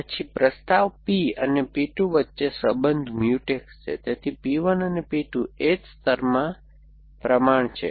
પછી પ્રસ્તાવ P અને P 2 વચ્ચે સંબંધ મ્યુટેક્સ છે તેથી P 1 અને P 2 એ જ સ્તરમાં પ્રમાણ છે